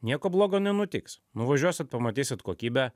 nieko blogo nenutiks nuvažiuosit pamatysit kokybę